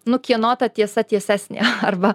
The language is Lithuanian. nu kieno ta tiesa tiesesnė arba